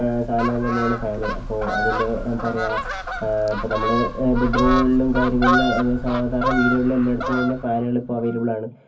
സാധനം തന്നെയാണ് ഫാൻ അപ്പോൾ അതിന്റെ എന്താണ് പറയുക ഇപ്പോൾ നമ്മൾ ബെഡ്റൂമുകളിലും കാര്യങ്ങളിലും അതെ സാധാരണ വീടുകളിൽ എല്ലായിടത്തും തന്നെ ഫാനുകൾ ഇപ്പോൾ അവൈലബിൾ ആണ്